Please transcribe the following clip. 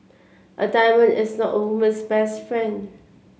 a diamond is not a woman's best friend